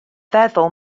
feddwl